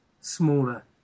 smaller